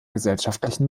gesellschaftlichen